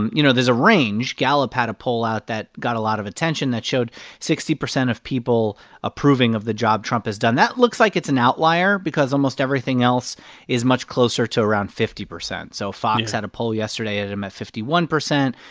and you know, there's a range. gallup had a poll out that got a lot of attention that showed sixty percent of people approving of the job trump has done. that looks like it's an outlier because almost everything else is much closer to around fifty percent so fox had a poll yesterday that had him at fifty one percent.